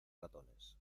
ratones